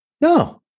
No